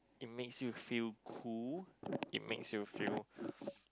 it makes you feel cool it makes you feel